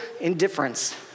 indifference